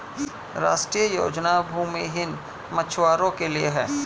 राष्ट्रीय योजना भूमिहीन मछुवारो के लिए है